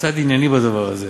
צד ענייני בדבר הזה.